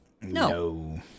no